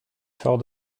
fort